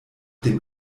dem